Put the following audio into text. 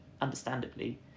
understandably